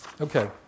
Okay